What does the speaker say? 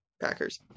Packers